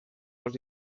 els